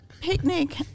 picnic